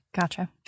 Gotcha